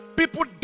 people